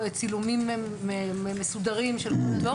עד צילומים מסודרים --- לא,